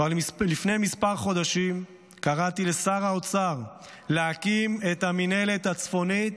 כבר לפני כמה חודשים קראתי לשר האוצר להקים את המינהלת הצפונית,